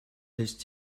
lässt